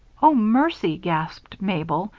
oh, mercy! gasped mabel,